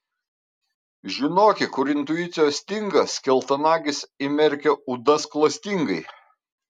žinoki kur intuicijos stinga skeltanagis įmerkia ūdas klastingai